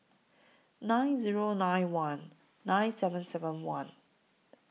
nine Zero nine one nine seven seven one